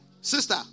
Sister